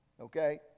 Okay